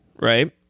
right